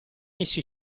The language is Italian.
essi